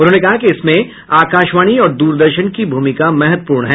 उन्होंने कहा कि इसमें आकाशवाणी और द्रदर्शन की भूमिका महत्वपूर्ण है